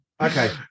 Okay